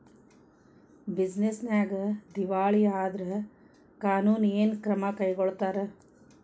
Business ನ್ಯಾಗ ದಿವಾಳಿ ಆದ್ರ ಕಾನೂನು ಏನ ಕ್ರಮಾ ಕೈಗೊಳ್ತಾರ?